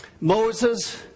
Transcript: Moses